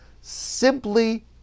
simply